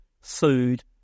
food